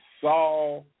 saw